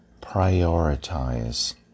prioritize